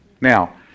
Now